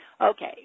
Okay